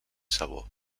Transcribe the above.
sabó